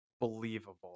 believable